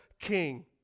king